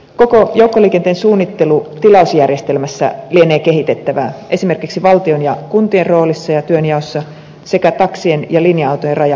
koko joukkoliikenteen suunnittelu ja tilausjärjestelmässä lienee kehitettävää esimerkiksi valtion ja kuntien roolissa ja työnjaossa sekä taksien ja linja autojen rajapinnassa